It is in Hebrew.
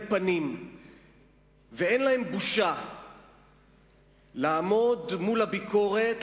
פנים ואין להם בושה לעמוד מול הביקורת,